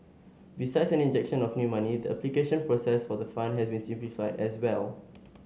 besides an injection of new money the application process for the fund has been simplified as well